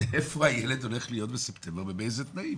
איפה הילד הולך להיות בספטמבר ובאילו תנאים.